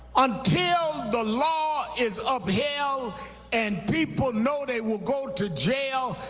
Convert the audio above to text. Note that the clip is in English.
until the law is upheld and people know they will go to jail,